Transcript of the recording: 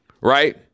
Right